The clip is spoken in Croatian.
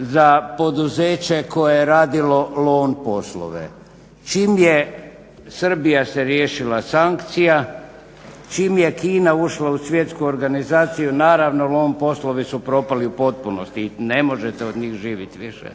za poduzeće koje je radilo long poslove. Čim je Srbija se riješila sankcija, čim je Kina ušla u svjetsku organizaciju, naravno long poslovi su propali u potpunosti, ne možete od njih živjet više